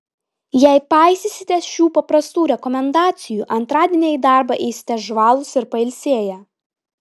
jei paisysite šių paprastų rekomendacijų antradienį į darbą eisite žvalūs ir pailsėję